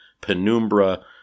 penumbra